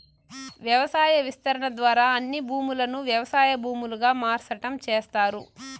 వ్యవసాయ విస్తరణ ద్వారా అన్ని భూములను వ్యవసాయ భూములుగా మార్సటం చేస్తారు